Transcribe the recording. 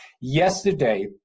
yesterday